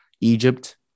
egypt